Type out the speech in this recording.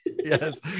yes